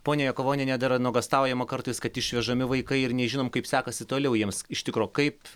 ponia jakavoniene dar nuogąstaujama kartais kad išvežami vaikai ir nežinom kaip sekasi toliau jiems iš tikro kaip